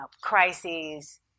crises